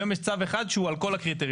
היום יש צו אחד שהוא על כל הקריטריונים.